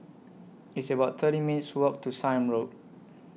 It's about thirty minutes' Walk to Sime Road